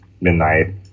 Midnight